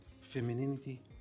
Femininity